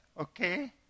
okay